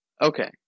Okay